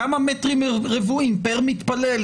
לכמה מטרים רבועים פר מתפלל,